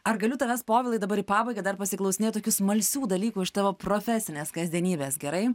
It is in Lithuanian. ar galiu tavęs povilai dabar į pabaigą dar pasiklausinėt tokių smalsių dalykų iš tavo profesinės kasdienybės gerai